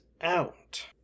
out